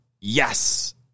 Yes